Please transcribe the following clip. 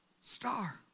Star